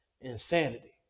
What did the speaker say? Insanity